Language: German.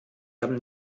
haben